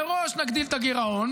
מראש נגדיל את הגירעון,